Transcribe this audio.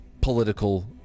political